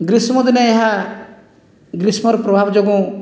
ଗ୍ରୀଷ୍ମ ଦିନେ ଏହା ଗ୍ରୀଷ୍ମର ପ୍ରଭାବ ଯୋଗୁଁ